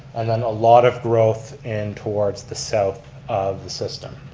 and then a lot of growth and towards the south of the system.